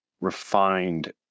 refined